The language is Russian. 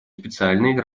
специальной